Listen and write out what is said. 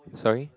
sorry